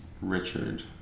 Richard